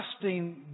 trusting